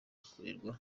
bikorerwa